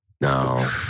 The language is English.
No